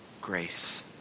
grace